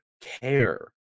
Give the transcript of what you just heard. care